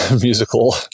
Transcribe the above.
musical